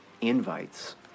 invites